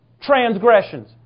transgressions